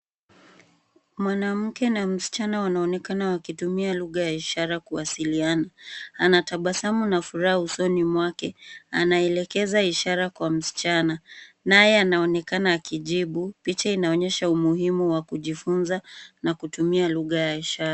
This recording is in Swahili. Mwanamke na msichana wanaonekana wakitumia lugha ya ishara kuwasiliana. Anatabasamu na furaha usoni mwake, anaelekeza ishara kwa msichana naye anaonekana akijibu. Picha inaonyesha umuhimu wa kujifunza na kutumia lugha ya ishara.